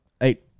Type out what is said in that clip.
eight